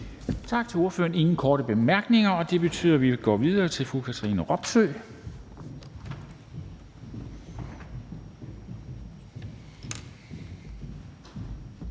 Tak til ordføreren. Der er ingen korte bemærkninger, og det betyder, at vi går videre til fru Katrine Robsøe,